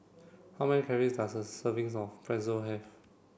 how many calories does a servings of Pretzel have